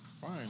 Fine